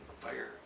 fire